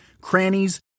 crannies